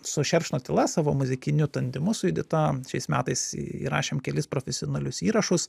su šerkšno tyla savo muzikiniu tandemu su judita šiais metais įrašėm kelis profesionalius įrašus